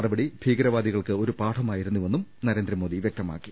നടപടി ഭീകരവാദികൾക്ക് ഒരു പാഠമായിരുന്നെന്നും നരേന്ദ്രമോദി വ്യക്തമാക്കി